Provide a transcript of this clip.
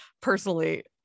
personally